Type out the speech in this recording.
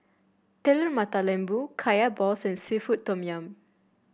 Telur Mata Lembu Kaya Balls and seafood Tom Yum